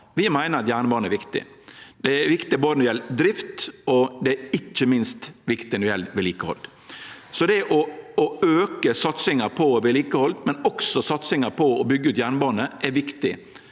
Vi meiner at jernbane er viktig. Det er viktig når det gjeld drift, og det er ikkje minst viktig når det gjeld vedlikehald. Det å auke satsinga på vedlikehald, men også satsinga på å byggje ut jernbane, er viktig.